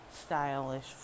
stylish